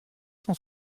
cent